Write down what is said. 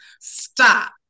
stop